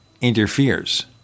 interferes